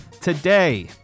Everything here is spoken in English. Today